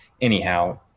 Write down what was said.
anyhow